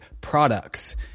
products